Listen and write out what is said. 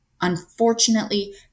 unfortunately